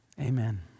Amen